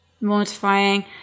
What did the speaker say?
Mortifying